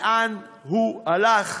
לאן הוא הלך,